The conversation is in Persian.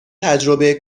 تجربه